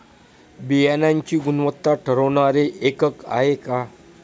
बियाणांची गुणवत्ता ठरवणारे एकक आहे का?